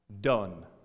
Done